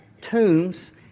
tombs